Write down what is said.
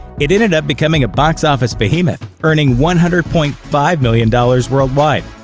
it ended up becoming a box office behemoth, earning one hundred point five million dollars worldwide